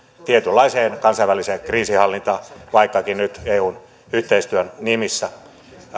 tietynlaiseen kansainväliseen kriisinhallintaan vaikkakin nyt eun yhteistyön nimissä